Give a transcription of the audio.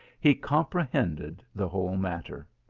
he comprehended the whole matter.